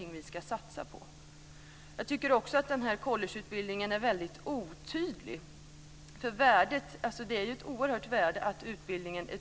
verkligen satsa. Jag tycker också att detaljerna kring collegeutbildningen är väldigt otydliga. Det måste vara oerhört tydligt vilket värde utbildningen har.